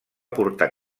curta